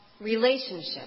relationship